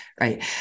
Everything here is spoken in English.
right